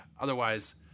Otherwise